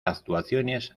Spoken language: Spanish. actuaciones